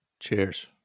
Cheers